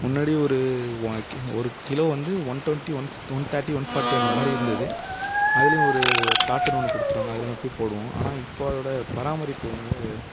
முன்னாடி ஒரு ஒரு கிலோ வந்து one twenty one thirty one forty அந்தமாதிரி இருந்தது அதுலேயும் ஒரு தாட்டுன்னு ஒன்று கொடுத்துருவாங்க அதில் நொப்பி போடுவோம் ஆனால் இப்போ அதோடய பராமரிப்பு வந்து